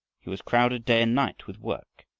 he was crowded day and night with work.